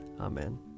Amen